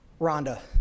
Rhonda